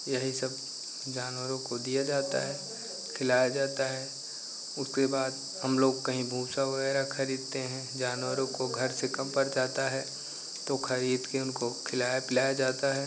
यही सब जानवरों को दिया जाता है खिलाया जाता है उसके बाद हम लोग कहीं भूसा वगैरह खरीदते हैं जानवरों को घर से कम पड़ जाता है तो खरीद के उनको खिलाया पिलाया जाता है